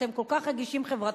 שאתם כל כך רגישים חברתית,